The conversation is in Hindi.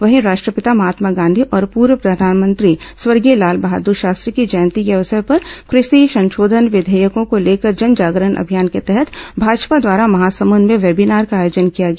वहीं राष्ट्रपिता महात्मा गांधी और पूर्व प्रधानमंत्री स्वर्गीय लालबहादुर शास्त्री की जयंती के अवसर पर कृषि संशोधन विधेयकों को लेकर जन जागरण अभियान के तहत भाजपा द्वारा महासमुद में वेबीनार का आयोजन किया गया